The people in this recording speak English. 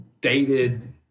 dated